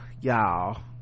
y'all